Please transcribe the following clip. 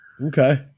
Okay